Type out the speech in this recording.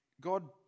God